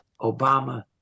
Obama